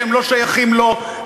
שהם לא שייכים לו,